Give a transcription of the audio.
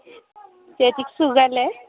ചേച്ചിക്ക് സുഖമല്ലേ